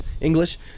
English